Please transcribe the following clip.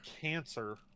cancer